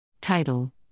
Title